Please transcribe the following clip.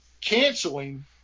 canceling